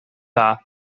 dda